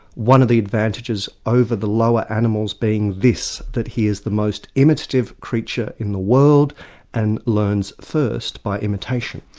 one of the advantages over the lower animals being this that he is the most imitative creature in the world and learns first by imitation.